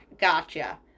Gotcha